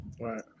right